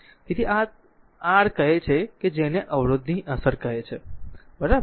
તેથી આ તે જેને r કહે છે કે r કે જેને અવરોધની અસર કહે છે બરાબર